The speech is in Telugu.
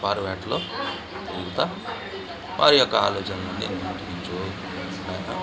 పారవేటలో అంతా వారి యొక్క ఆలోచనల్ని నిర్వర్తించి